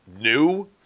new